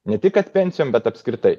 ne tik kad pensijom bet apskritai